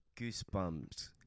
goosebumps